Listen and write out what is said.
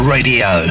Radio